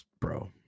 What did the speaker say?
Bro